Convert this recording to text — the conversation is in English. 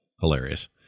Hilarious